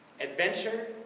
adventure